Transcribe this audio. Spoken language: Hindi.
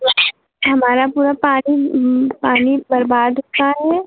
हमारा पूरा पानी बर्बाद हो रहा है